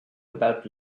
about